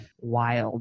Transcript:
Wild